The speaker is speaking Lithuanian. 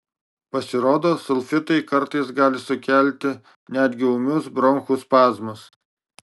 pasirodo sulfitai kartais gali sukelti netgi ūmius bronchų spazmus